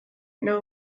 know